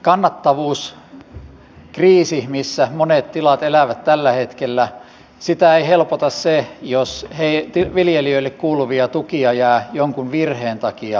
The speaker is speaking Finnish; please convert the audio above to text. sitä kannattavuuskriisiä missä monet tilat elävät tällä hetkellä ei helpota se jos viljelijöille kuuluvia tukia jää jonkun virheen takia saamatta